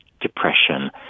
depression